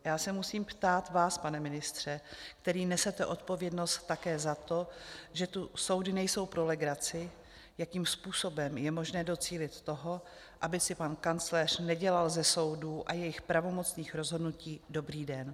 Já se musím ptát vás, pane ministře, který nesete odpovědnost také za to, že tu soudy nejsou pro legraci, jakým způsobem je možné docílit toho, aby si pan kancléř nedělal ze soudů a jejich pravomocných rozhodnutí dobrý den.